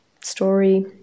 story